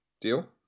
Deal